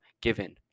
given